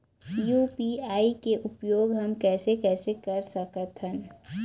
UPI के उपयोग हमन कैसे कैसे कर सकत हन?